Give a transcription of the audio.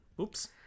Oops